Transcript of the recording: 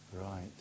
Right